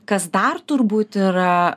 kas dar turbūt yra